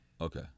Okay